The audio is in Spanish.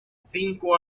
cinco